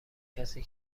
کسی